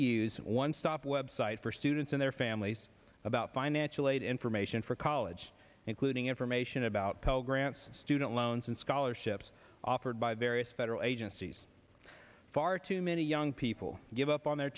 use one stop website for students and their families about financial aid information for college including information about co grants student loans and scholarships offered by various federal agencies far too many young people give up on their